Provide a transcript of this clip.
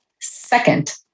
second